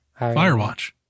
Firewatch